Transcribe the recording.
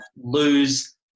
lose